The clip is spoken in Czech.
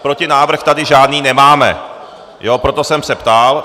Protinávrh tady žádný nemáme, proto jsem se ptal.